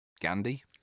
Gandhi